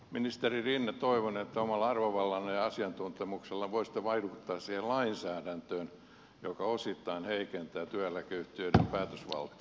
ministeri rinne toivon että omalla arvovallallanne ja asiantuntemuksellanne voisitte vaikuttaa siihen lainsäädäntöön joka osittain heikentää työeläkeyhtiöiden päätösvaltaa